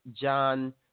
John